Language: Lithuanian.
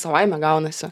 savaime gaunasi